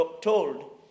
told